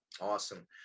Awesome